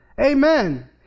Amen